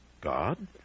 God